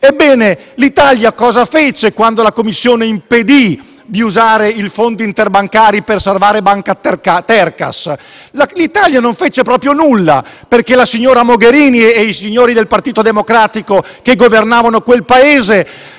Ebbene, l'Italia, quando la Commissione impedì di usare il Fondo interbancario per salvare la banca Tercas, non fece proprio nulla perché la signora Mogherini e i signori del Partito Democratico che governavano il